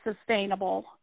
sustainable